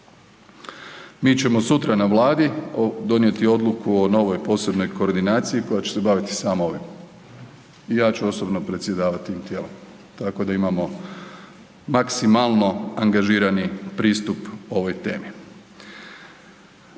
Mi ćemo sutra na Vladi donijeti odluku o novoj posebnoj koordinaciji koja će se baviti samo ovim i ja ću osobno predsjedavati tim tijelom. Tako da imamo maksimalno angažirani pristup ovoj temi.